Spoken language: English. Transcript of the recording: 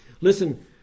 Listen